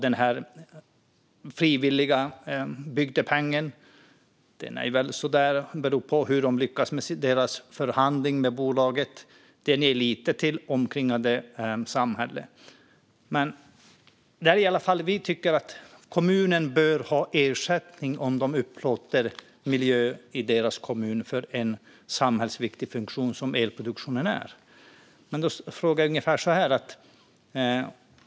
Den frivilliga bygdepengen är väl så där. Det beror på hur de lyckas i sin förhandling med bolaget. Det ger lite till det omliggande samhället. Vi tycker att kommunen bör få ersättning om den upplåter miljö i sin kommun för en sådan samhällsviktig funktion som elproduktionen är.